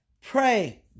Pray